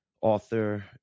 author